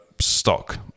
stock